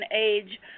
age